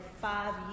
five